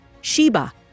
Sheba